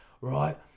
right